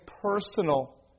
personal